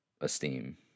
esteem